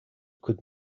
could